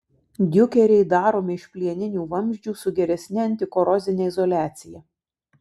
diukeriai daromi iš plieninių vamzdžių su geresne antikorozine izoliacija